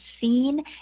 seen